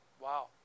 Wow